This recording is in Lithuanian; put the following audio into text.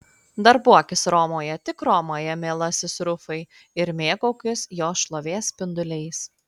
darbuokis romoje tik romoje mielasis rufai ir mėgaukis jos šlovės spinduliais